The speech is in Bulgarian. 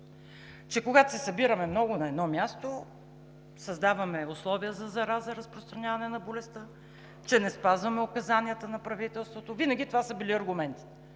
че, когато се събираме много на едно място, създаваме условия за зараза, за разпространяване на болестта, че не спазваме указанията на правителството. Винаги това са били аргументите.